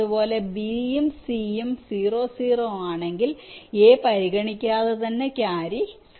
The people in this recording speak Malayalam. അതുപോലെ b യും c യും 0 ഉം 0 ഉം ആണെങ്കിൽ a പരിഗണിക്കാതെ ക്യാരി 0